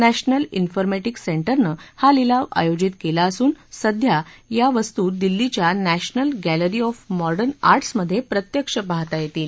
national उर्कोमेंटीक सेंटरने हा लिलाव आयोजित केला असून सध्या या वस्तू दिल्लीच्या National Gallery of Modern Arts मधे प्रत्यक्ष पाहता येतील